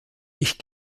ich